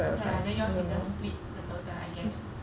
okay lah then you all can just split the total I guess